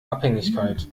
abhängigkeit